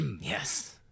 yes